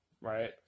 right